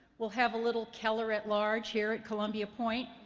we'll have a little keller at large here at columbia point,